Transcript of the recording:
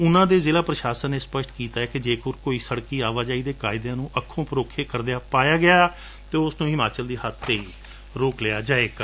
ਉਨਾ ਦੇ ਜ਼ਿਲ੍ਹਾਂ ਪ੍ਰਸ਼ਾਸਨ ਨੇ ਸਪਸ਼ਟ ਕੀਤੈ ਕਿ ਜੇਕਰ ਕੋਈ ਸੜਕੀ ਅਵਾਜਾਈ ਦੇ ਕਾਇਦਿਆਂ ਨੂੰ ਅੱਖੋਂ ਪਰੋਖੇ ਕਰਦਿਆ ਪਾਇਆ ਗਿਆ ਤਾ ਉਸ ਨੂੰ ਹਿਮਾਚਲ ਦੀ ਹੱਦ ਤੇ ਹੀ ਰੋਕ ਲਿਆ ਜਾਵੇਗਾ